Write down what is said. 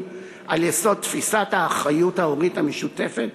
על יסוד תפיסת האחריות ההורית המשותפת,